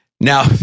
Now